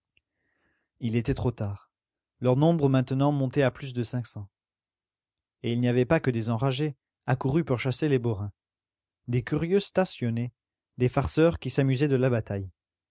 il était trop tard leur nombre maintenant montait à plus de cinq cents et il n'y avait pas que des enragés accourus pour chasser les borains des curieux stationnaient des farceurs qui s'amusaient de la bataille